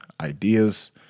ideas